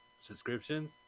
subscriptions